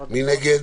מי נגד?